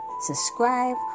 subscribe